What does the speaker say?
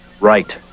right